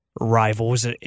Rivals